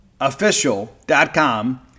official.com